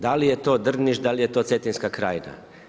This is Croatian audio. Da li je to Drniš, da li je to Cetinska krajina?